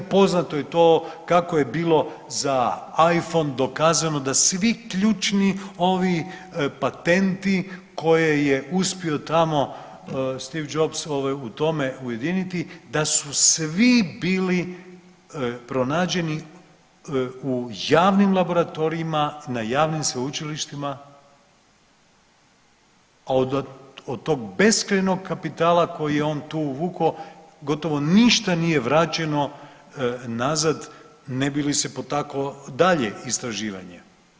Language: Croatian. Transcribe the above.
Poznato je to kako je bilo za Iphone dokazano da svi ključni ovi patenti koje je uspio tamo Steve Jobs ovaj u tome ujediniti, da su svi bili pronađeni u javnim laboratorijima na javnim sveučilištima od tog beskrajnog kapitala koji je on tu uvukao gotovo ništa nije vraćeno nazad ne bi li se potaklo dalje istraživanje.